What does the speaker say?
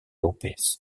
lópez